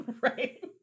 Right